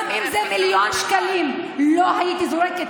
גם אם זה מיליון שקלים, לא הייתי זורקת